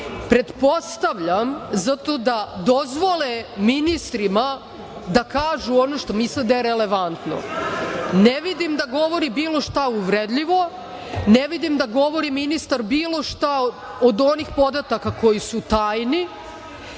Pretpostavljam zato da dozvole ministrima da kažu ono što misle da je relevantno. Ne vidim da govori bilo šta uvredljivo, ne vidim da govori ministar bilo šta od onih podataka koji su